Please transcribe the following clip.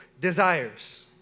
desires